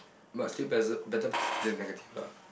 but still pesser better positive and negative lah